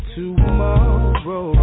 tomorrow